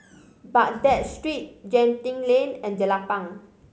Baghdad Street Genting Lane and Jelapang